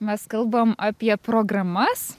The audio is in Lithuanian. mes kalbam apie programas